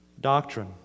doctrine